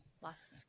Last